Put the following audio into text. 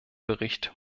bericht